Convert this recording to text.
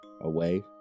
away